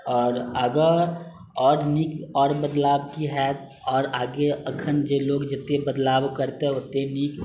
आओर आगाँ आओर नीक बदलाव की हाएत आओर आगे अखन जे लोग जते बदलाव करतै ओते निक